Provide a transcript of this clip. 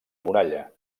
muralla